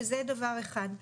שזה דבר אחד.